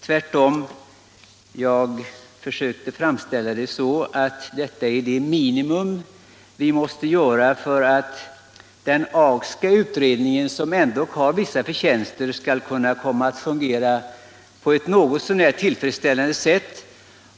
Tvärtom försökte jag förklara att vad som där föreslås är det minimum vi måste göra för att den Agska utredningen, som ändå har vissa förtjänster, skall komma att fungera på ett något så när tillfredsställande sätt.